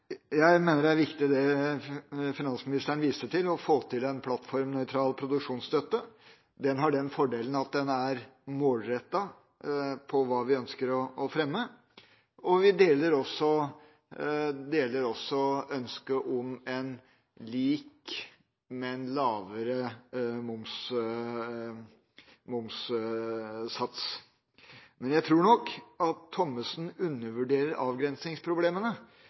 Jeg mener det er viktig – som finansministeren viste til – å få til en plattformnøytral produksjonsstøtte. Den har den fordelen at den er målrettet med hensyn til hva vi ønsker å fremme. Vi deler også ønsket om en lik, men lavere momssats. Jeg tror nok at Thommessen undervurderer avgrensningsproblemene